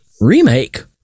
remake